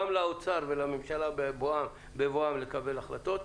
גם לאוצר ולממשלה בבואם לקבל החלטות.